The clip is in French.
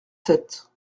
sept